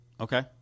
okay